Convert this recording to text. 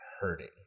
hurting